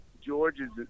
George's